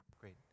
Great